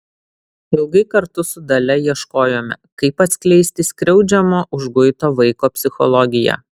ilgai kartu su dalia ieškojome kaip atskleisti skriaudžiamo užguito vaiko psichologiją